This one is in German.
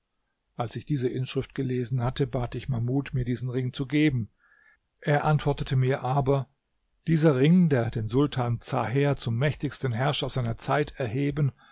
als ich diese inschrift gelesen hatte bat ich mahmud mir diesen ring zu geben er antwortete mir aber dieser ring der den sultan zaher zum mächtigsten herrscher seiner zeit erheben